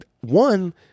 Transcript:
one